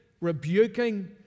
rebuking